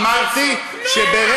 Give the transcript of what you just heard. אמרתי, כלום המדינה לא נותנת.